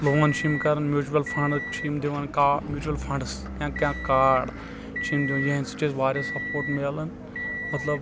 لون چھ یِم کران میوٗچول فنٛڈز چھ یِم دِوان میوٗچول فنٛڈز یا کیٚنٛہہ کاڑ چھ یِہنٛدِ سۭتۍ چھ اَسہِ واریاہ سپوٹ مَلان مطلب